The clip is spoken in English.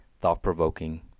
thought-provoking